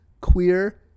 Queer